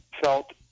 felt